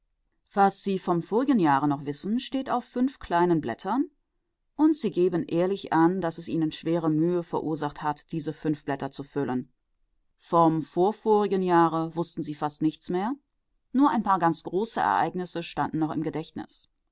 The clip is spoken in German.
was sie vom vorigen jahre noch wissen steht auf fünf kleinen blättern und sie geben es ehrlich an daß es ihnen schwere mühe verursacht hat diese fünf blätter zu füllen vom vorvorigen jahre wußten sie fast nichts mehr nur ein paar ganz große ereignisse standen noch im gedächtnis